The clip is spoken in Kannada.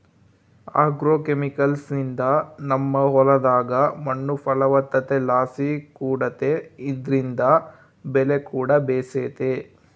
ಆಗ್ರೋಕೆಮಿಕಲ್ಸ್ನಿಂದ ನಮ್ಮ ಹೊಲದಾಗ ಮಣ್ಣು ಫಲವತ್ತತೆಲಾಸಿ ಕೂಡೆತೆ ಇದ್ರಿಂದ ಬೆಲೆಕೂಡ ಬೇಸೆತೆ